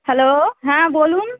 hello হ্যাঁ বলুন